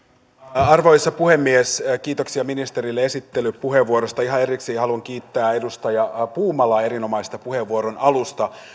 arvoisa puhemies kiitoksia ministerille esittelypuheenvuorosta ihan erikseen haluan kiittää edustaja puumalaa erinomaisesta puheenvuoron alusta